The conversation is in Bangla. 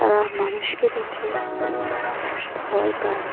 তারা মানুষকে দেখে ভয় পায়